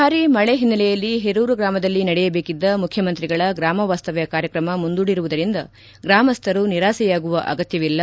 ಭಾರೀ ಮಳೆ ಹಿನ್ನೆಲೆಯಲ್ಲಿ ಹೆರೂರು ಗ್ರಾಮದಲ್ಲಿ ನಡೆಯಬೇಕಿದ್ದ ಮುಖ್ಕಮಂತ್ರಿಗಳ ಗ್ರಾಮವಾಸ್ತವ್ಯ ಕಾರ್ಯತ್ರಮ ಮುಂದೂಡಿರುವುದರಿಂದ ಗ್ರಾಮಸ್ಥರು ನಿರಾಸೆಯಾಗುವ ಅಗತ್ತವಿಲ್ಲ